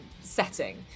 setting